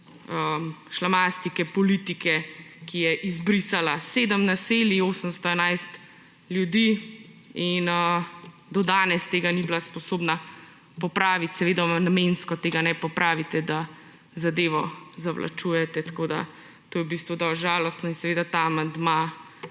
šlamastike politike, ki je izbrisala 7 naselij, 811 ljudi in do danes tega ni bila sposobna popraviti. Seveda namensko tega ne popravite, da zadevo zavlačujete, tako da je to v bistvu dosti žalostno. Seveda ta amandma